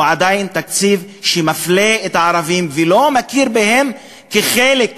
הוא עדיין תקציב שמפלה את הערבים ולא מכיר בהם כחלק,